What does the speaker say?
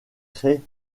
crée